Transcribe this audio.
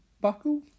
buckle